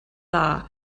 dda